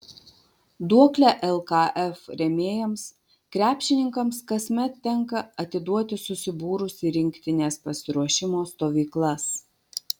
duoklę lkf rėmėjams krepšininkams kasmet tenka atiduoti susibūrus į rinktinės pasiruošimo stovyklas